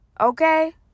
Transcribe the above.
okay